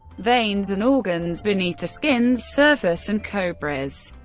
veins, and organs beneath the skin's surface, and cobras.